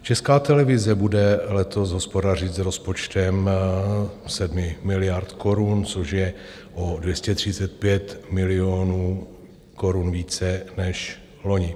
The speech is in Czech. Česká televize bude letos hospodařit s rozpočtem 7 miliard korun, což je o 235 milionů korun více než loni.